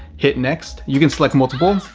hit next, you can select multiple.